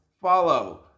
follow